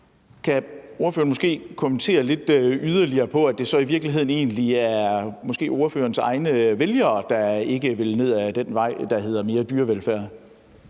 Kan ordføreren måske kommentere yderligere på, at det så i virkeligheden egentlig er ordførerens egne vælgere, der ikke vil ned ad den vej, der hedder mere dyrevelfærd?